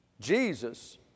Jesus